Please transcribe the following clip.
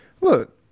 look